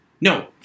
No